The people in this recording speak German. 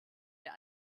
der